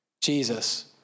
Jesus